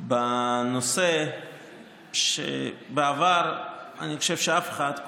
בנושא שבעבר אני חושב שאף אחד,